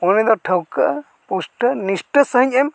ᱩᱱᱤ ᱫᱚ ᱴᱷᱟᱹᱣᱠᱟᱹ ᱯᱩᱥᱴᱟᱹ ᱱᱤᱥᱴᱟᱹ ᱥᱟᱹᱦᱤᱡ ᱮᱢ